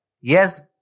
Yes